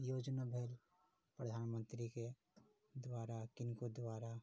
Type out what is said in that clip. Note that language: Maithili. योजना भेल प्रधानमन्त्रीके द्वारा किनको द्वारा